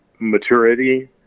maturity